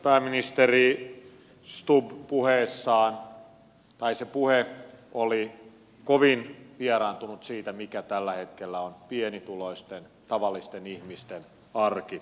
pääministeri stubbin puhe oli kovin vieraantunut siitä mikä tällä hetkellä on pienituloisten tavallisten ihmisten arki